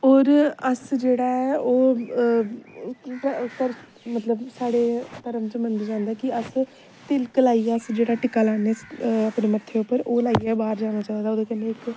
होर अस जेह्ड़ा ऐ ओह् मतलब साढ़े धर्म च मन्नेआ जंदा कि अस तिलक लाइयै अस जेह्ड़ा टिक्का लान्ने आं अपने मत्थे उप्पर ओह् लाइयै बाहर जाना चाहिदा ओहदे कन्नै इक